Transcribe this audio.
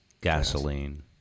gasoline